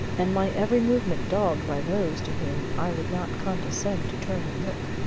and my every movement dogged by those to whom i would not condescend to turn and look.